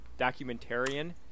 Documentarian